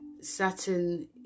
saturn